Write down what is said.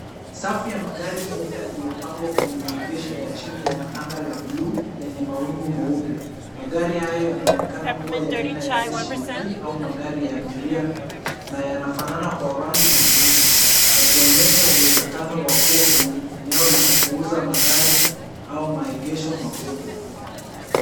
Safu ya magari meupe yaliyopangwa kwenye maegesho ya chini ya angaa la buluu lenye mawingu meupe. Magari haya yanaonekana kuwa ya aina ya SUV au magari ya abiria na yanafanana kwa rangi na muundoak yakionyesha uwezekano wa kuwa kwenye eneo la kuuza magari au maegesho makubwa.